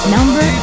Number